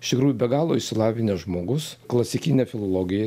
iš tikrųjų be galo išsilavinęs žmogus klasikinę filologiją